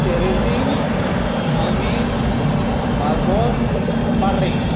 तेरेझीन आल्मेद बालबॉज बार्रेक